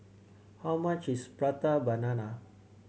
how much is Prata Banana